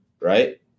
right